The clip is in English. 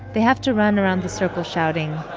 they have to run around the circle shouting.